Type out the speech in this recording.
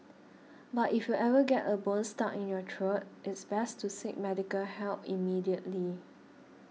but if you ever get a bone stuck in your throat it's best to seek medical help immediately